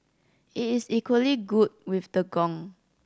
it is equally good with the gong